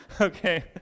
okay